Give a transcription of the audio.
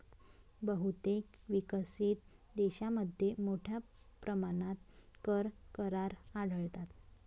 बहुतेक विकसित देशांमध्ये मोठ्या प्रमाणात कर करार आढळतात